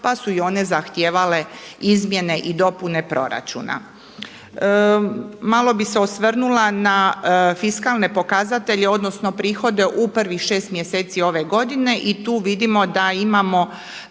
pa su i one zahtijevale izmjene i dopune proračuna. Malo bih se osvrnula na fiskalne pokazatelje, odnosno prihode u prvih šest mjeseci ove godine i tu vidimo da imamo